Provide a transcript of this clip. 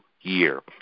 year